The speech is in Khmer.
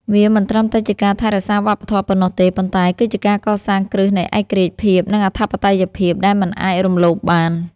វាមិនត្រឹមតែជាការថែរក្សាវប្បធម៌ប៉ុណ្ណោះទេ ប៉ុន្តែគឺជាការកសាងគ្រឹះនៃឯករាជ្យភាព និងអធិបតេយ្យភាពដែលមិនអាចរំលោភបាន។